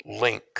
link